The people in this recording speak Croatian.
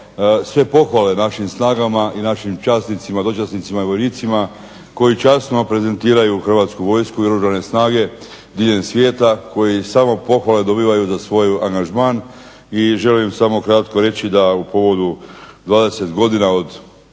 sve pohvale našim snagama i našim časnicima, dočasnicima i vojnicima koji časno prezentiraju Hrvatsku vojsku i Oružane snage diljem svijeta, koji samo pohvale dobivaju za svoj angažman. I želim samo kratko reći da u povodu 20 godina od osnutka